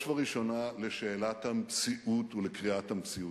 ובראשונה לשאלת המציאות ולקריאת המציאות.